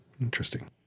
Interesting